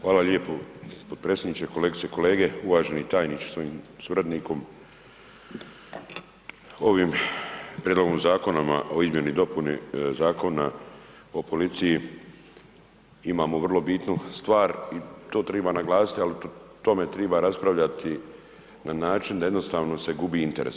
Hvala lijepo potpredsjedniče, kolegice i kolege, uvaženi tajniče sa svojim suradnikom, ovim Prijedlogom Zakona o izmjeni i dopuni Zakona o policiji imamo vrlo bitnu stvar i to triba naglasiti, al o tome triba raspravljati na način da jednostavno se gubi interes.